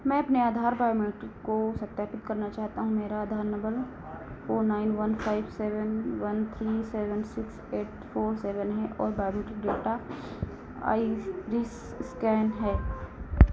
मैं अपने आधार बायोमेट्रिक को सत्यापित करना चाहता हूँ मेरा Aadhaar number four nine one five seven one three seven six eight four seven है और बायोमेट्रिक डेटा आइरिस स्कैन है